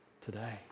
today